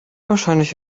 wahrscheinlich